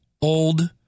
old